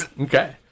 Okay